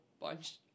bunch